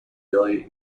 early